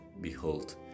Behold